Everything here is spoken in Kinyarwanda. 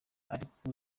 ariko